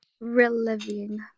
reliving